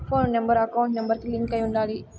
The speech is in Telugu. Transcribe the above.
పోను నెంబర్ అకౌంట్ నెంబర్ కి లింక్ అయ్యి ఉండాలి